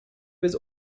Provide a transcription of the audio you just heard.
was